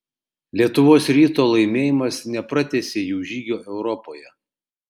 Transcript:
lietuvos ryto laimėjimas nepratęsė jų žygio europoje